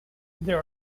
there